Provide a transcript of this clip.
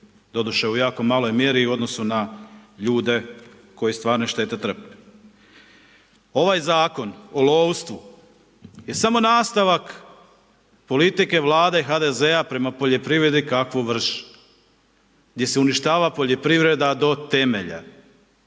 doduše u jako maloj mjeri u odnosu na ljude koji stvarno štete trpe. Ovaj Zakon o lovstvu je samo nastavak politike Vlade HDZ-a prema poljoprivredi kakvu vrše, gdje se uništava poljoprivreda do temelja.